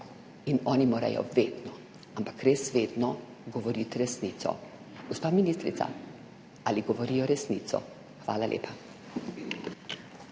In oni morajo vedno, ampak res vedno govoriti resnico. Gospa ministrica, ali govorijo resnico? Hvala lepa.